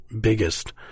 biggest